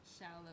Shallow